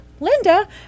Linda